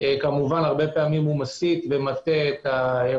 הרבה פעמים הוא מסיט את האירוע,